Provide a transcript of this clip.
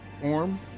form